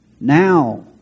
Now